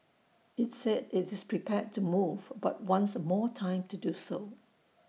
IT said IT is prepared to move but wants more time to do so